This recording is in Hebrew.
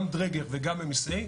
גם דרגר וגם MSA,